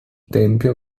tempio